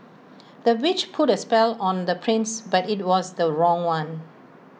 the witch put A spell on the prince but IT was the wrong one